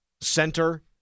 center